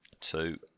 Two